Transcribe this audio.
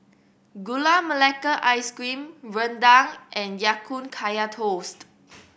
Gula Melaka Ice Cream rendang and Ya Kun Kaya Toast